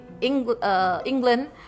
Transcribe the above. england